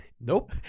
Nope